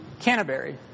Canterbury